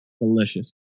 Delicious